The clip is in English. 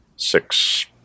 Six